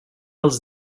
els